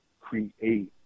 create